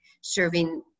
serving